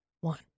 one